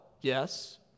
Yes